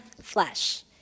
flesh